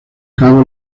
cabo